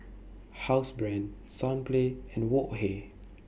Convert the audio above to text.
Housebrand Sunplay and Wok Hey